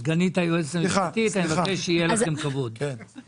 אנחנו מדברים כאן